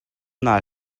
nai